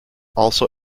also